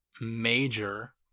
major